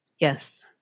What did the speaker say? Yes